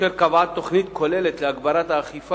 אשר קבעה תוכנית כוללת להגברת האכיפה